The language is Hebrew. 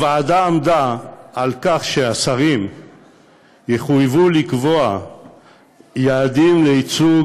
הוועדה עמדה על כך שהשרים יחויבו לקבוע יעדים לייצוג